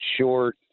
short